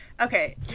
okay